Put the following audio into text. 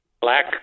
Black